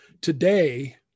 today